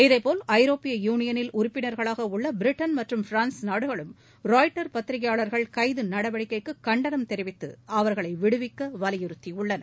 இதேபோல் ஐரோப்பிய யூனியனில் உறுப்பினர்களாக உள்ள பிரிட்டன் மற்றும் பிரான்ஸ் நாடுகளும் ராய்டர் பத்திரிகையாளர்கள் கைது நடவடிக்கைக்கு கண்டனம் தெரிவித்து அவர்களை விடுவிக்க வலியுறுத்தியுள்ளன